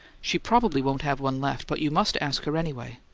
she probably won't have one left, but you must ask her, anyway.